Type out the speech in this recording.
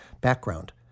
Background